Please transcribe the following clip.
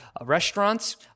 restaurants